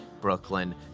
Brooklyn